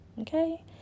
okay